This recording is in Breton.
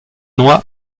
doa